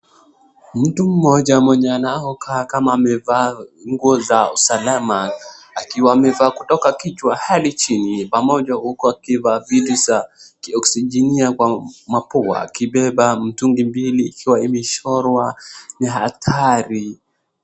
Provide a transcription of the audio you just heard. Mtu mmoja anaokaa kama amevaa nguo za usalama, akiwa amevaa kutoka kichwa hadi chini pamoja huku akivaa vitu za oksijeni kwa mapua akibeba mtungi mbili ikiwa imechorwa ni hatari.